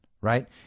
right